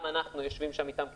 גם אנחנו יושבים איתם כמשקיפים.